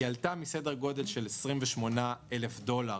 עלתה מסדר גודל של 28,000 דולר